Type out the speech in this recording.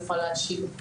יוכל להשיב.